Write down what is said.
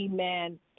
amen